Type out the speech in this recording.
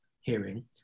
hearing